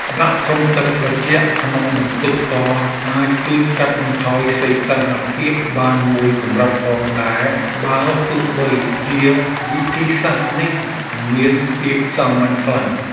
ដាក់ធុងទឹកត្រជាក់ក្នុងបន្ទប់ក៏អាចជួយកាត់បន្ថយសីតុណ្ហភាពបានមួយកម្រិតផងដែរបើទោះបីជាវិធីសាស្ត្រនេះមានភាពសាមញ្ញខ្លាំង។